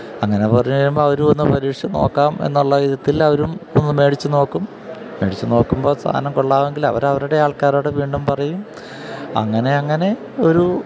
അങ്ങനെ പറഞ്ഞുകഴിയുമ്പോള് അവരുമൊന്ന് പരീക്ഷീച്ച് നോക്കാമെന്നുള്ള വിധത്തില് അവരുമൊന്ന് മേടിച്ചുനോക്കും മേടിച്ചുനോക്കുമ്പോള് സാധനം കൊള്ളാമെങ്കിൽ അവര് അവരുടെ ആൾക്കാരോട് വീണ്ടും പറയും അങ്ങനെ അങ്ങനെ ഒരു